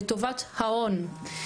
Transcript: לטובת ההון.